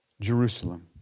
Jerusalem